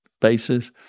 basis